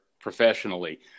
professionally